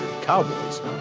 cowboys